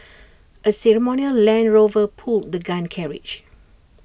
A ceremonial land Rover pulled the gun carriage